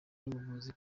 n’ubuvuzi